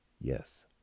yes